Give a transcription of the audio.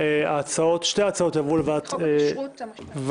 בעד ההצעה להעביר לוועדת החוקה 4 בעד